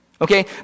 Okay